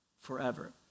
forever